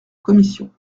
commission